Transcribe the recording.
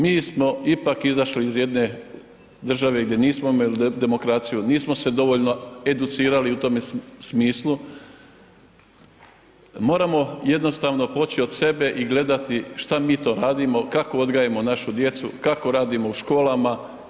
Mi smo ipak izašli iz jedne države gdje nismo imali demokraciju, nismo se dovoljno educirali u tome smislu, moramo jednostavno poći od sebe i gledati šta mi to radimo, kako odgajamo našu djecu, kako radimo u školama.